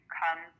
come